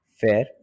Fair